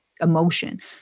emotion